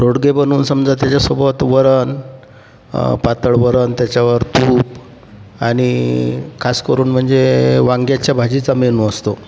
रोडगे बनवून समजा त्याच्यासोबत वरण पातळ वरण त्याच्यावर तूप आणि खास करून म्हणजे वांग्याच्या भाजीचा मेनू असतो